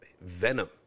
venom